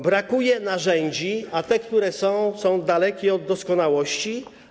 Brakuje narzędzi, a te, które są, dalekie są od doskonałości.